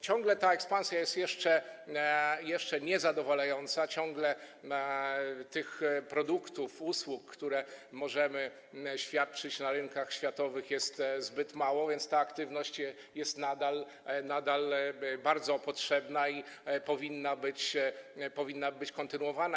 Ciągle ta ekspansja jest jeszcze niezadowalająca, ciągle tych produktów, usług, które możemy świadczyć na rynkach światowych, jest zbyt mało, więc ta aktywność jest nadal bardzo potrzebna i powinna być kontynuowana.